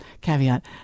caveat